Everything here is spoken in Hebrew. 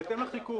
בהתאם לחיקוק.